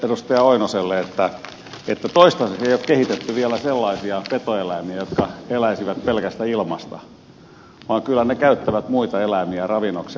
lauri oinoselle että toistaiseksi ei ole kehitetty vielä sellaisia petoeläimiä jotka eläisivät pelkästä ilmasta vaan kyllä ne käyttävät muita eläimiä ravinnokseen